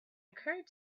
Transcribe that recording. occurred